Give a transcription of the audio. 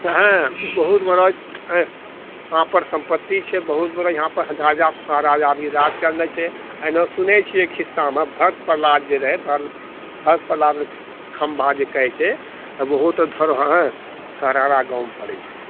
हँ बहुत बड़ा यहाँपर सम्पत्ति छै बहुत बड़ा राजा महाराजा भी राज करले छै एना सुनै छियै खिस्सामे भक्त प्रह्लाद जे रहै भक्त प्रह्लाद खम्भा जे कहै छै ओहो तऽ धरोहर हरहरा गाम पड़ै छै